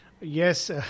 yes